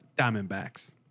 Diamondbacks